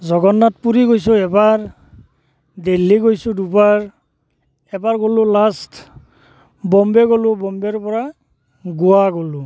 জগন্নাথ পুৰি গৈছোঁ এবাৰ দিল্লী গৈছোঁ দুবাৰ এবাৰ গ'লোঁ লাষ্ট বম্বে' গ'লোঁ বম্বে'ৰ পৰা গোৱা গ'লোঁ